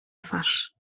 twarz